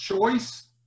choice